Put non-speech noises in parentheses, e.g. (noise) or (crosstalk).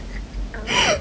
(laughs)